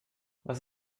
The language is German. was